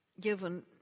given